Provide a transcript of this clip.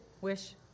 Wish